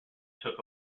took